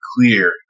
clear